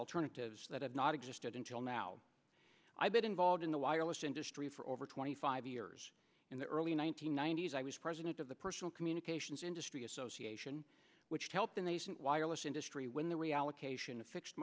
alternatives that have not existed until now i've been involved in the wireless industry for over twenty five years in the early one nine hundred ninety s i was president of the personal communications industry association which helped the nation wireless industry win the